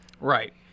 Right